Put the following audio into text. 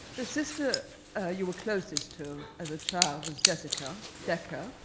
the sister you were closest to as a child was jessica, decca,